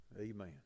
Amen